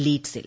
ലീഡ്സിൽ